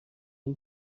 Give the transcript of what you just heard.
اون